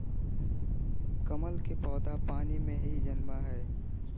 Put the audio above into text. कमल के पौधा पानी में ही जन्मो हइ